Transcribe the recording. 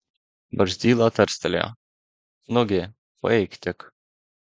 barzdyla tarstelėjo nugi paeik tik